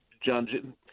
John